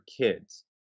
Kids